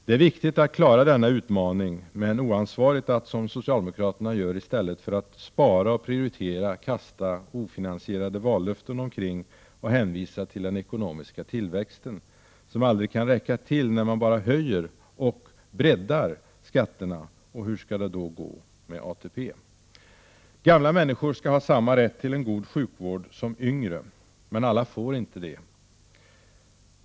Det är viktigt att klara denna utmaning, men det är oansvarigt att, som socialdemokraterna gör i stället för att spara och prioritera, kasta ofinansierade vallöften omkring sig och hänvisa till den ekonomiska tillväxten, som aldrig kan räcka till när man bara höjer och ”breddar” skatterna. — Och hur skall det då gå med ATP? Gamla människor skall ha samma rätt till en god sjukvård som yngre. Men alla får inte det.